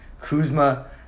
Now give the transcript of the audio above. Kuzma